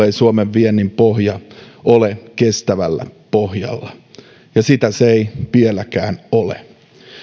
ei suomen viennin pohja ole kestävällä pohjalla ja sitä se ei vieläkään ole